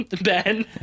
Ben